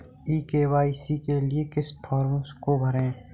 ई KYC के लिए किस फ्रॉम को भरें?